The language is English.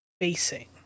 facing